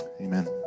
amen